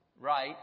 right